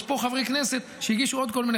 יש פה חברי כנסת שהגישו עוד כל מיני